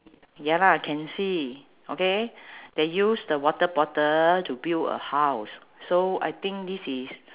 ya lah can see okay they use the water bottle to build a house so I think this is